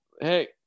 hey